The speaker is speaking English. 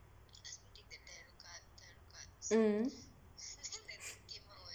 mm